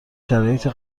شرایطی